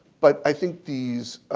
but i think these